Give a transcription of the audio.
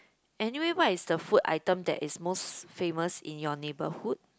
anyway why is the food item that is most famous in your neighborhood